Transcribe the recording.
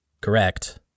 Correct